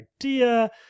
idea